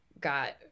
got